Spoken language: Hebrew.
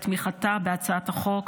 על תמיכתה בהצעת החוק,